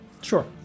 Sure